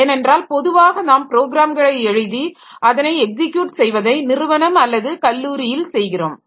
ஏனென்றால் பொதுவாக நாம் ப்ரோகிராம்களை எழுதி அதனை எக்ஸிக்யூட் செய்வதை நிறுவனம் அல்லது கல்லூரியில் செய்கிறோம்